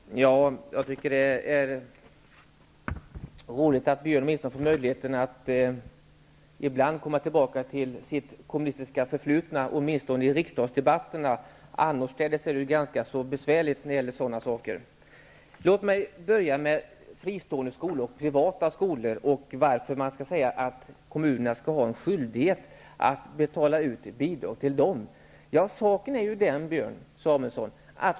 Herr talman! Jag tycker att det är roligt att Björn Samuelson får möjlighet att ibland komma tillbaka till sitt kommunistiska förflutna, åtminstone i riksdagsdebatterna -- annorstädes är det ganska så besvärligt. Låt mig börja med anledningen till att kommunerna skall ha en skyldighet att betala ut bidrag till privata skolor.